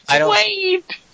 Wait